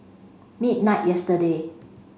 midnight yesterday